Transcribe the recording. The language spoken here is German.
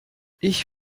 ich